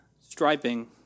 striping